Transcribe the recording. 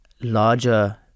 larger